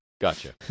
Gotcha